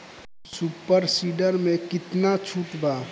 Super seeder मै कितना छुट बा?